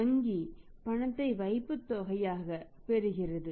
வங்கி பணத்தை வைப்புத் தொகையாக பெறுகிறது